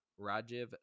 Rajiv